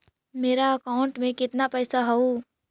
मेरा अकाउंटस में कितना पैसा हउ?